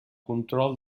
control